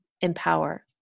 empower